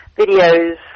videos